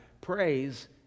praise